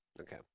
Okay